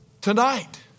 tonight